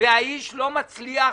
והאיש לא מצליח